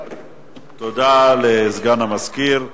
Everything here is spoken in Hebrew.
תודה לסגן המזכיר.